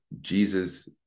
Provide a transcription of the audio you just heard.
Jesus